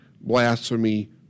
blasphemy